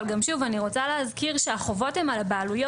אבל אני גם רוצה להזכיר שהחובות הם על הבעלויות.